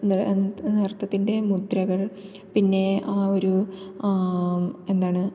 നൃത്തത്തിൻ്റെ മുദ്രകൾ പിന്നെ ആ ഒരു എന്താണ്